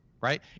Right